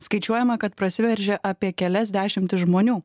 skaičiuojama kad prasiveržė apie kelias dešimtis žmonių